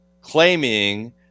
claiming